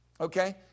okay